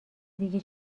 دیگه